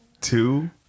two